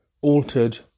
altered